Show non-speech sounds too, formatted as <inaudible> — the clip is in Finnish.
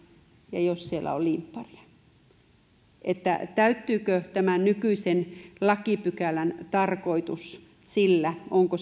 ja jos siellä on limpparia eli täyttyykö tämä nykyisen lakipykälän tarkoitus sillä onko <unintelligible>